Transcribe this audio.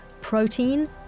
protein